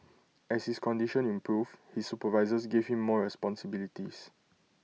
as his condition improved his supervisors gave him more responsibilities